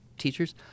Teachers